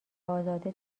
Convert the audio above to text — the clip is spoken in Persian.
ازاده